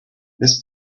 this